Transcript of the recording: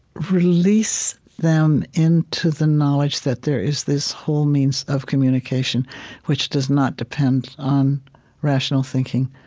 release them into the knowledge that there is this whole means of communication which does not depend on rational thinking,